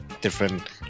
different